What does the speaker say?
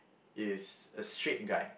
is a straight guy